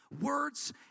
Words